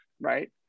right